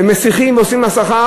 ועושים הסחה,